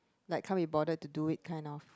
like can't be bothered to do it kind of